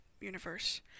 universe